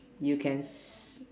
you can s~